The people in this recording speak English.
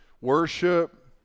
worship